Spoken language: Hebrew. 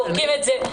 זורקים את זה.